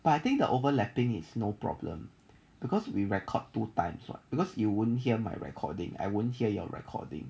but I think the overlapping is no problem because we record two times [what] because you won't hear my recording I wouldn't hear your recording